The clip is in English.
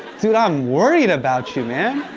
dude i'm worried about you, man.